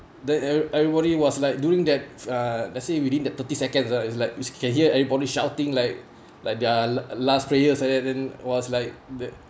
then every everybody was like during that uh let's say within the thirty seconds uh it's like which can hear everybody shouting like like their la~ last prayer like that then was like